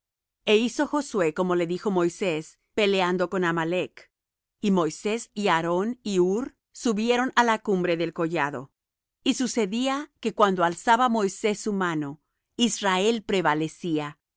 e hizo josué como le dijo moisés peleando con amalec y moisés y aarón y hur subieron á la cumbre del collado y sucedía que cuando alzaba moisés su mano israel prevalecía